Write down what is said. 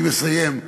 אני מסיים,